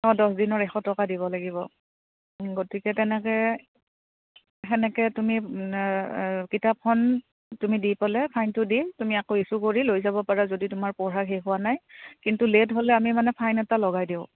অঁ দহদিনৰ এশ টকা দিব লাগিব গতিকে তেনেকে সেনেকে তুমি কিতাপখন তুমি দি পেলাই ফাইনটো দিম তুমি আকৌ ইছ্যু কৰি লৈ যাব পাৰা যদি তোমাৰ পঢ়া শেষ হোৱা নাই কিন্তু লেট হ'লে আমি মানে ফাইন এটা লগাই দিওঁ